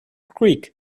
greek